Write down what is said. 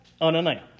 unannounced